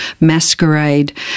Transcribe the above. Masquerade